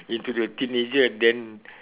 into the teenager then